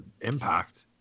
impact